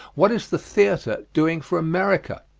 what is the theatre doing for america?